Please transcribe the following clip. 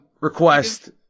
request